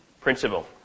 principle